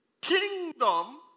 kingdom